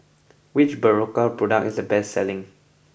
which Berocca product is the best selling